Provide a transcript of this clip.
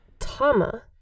Tama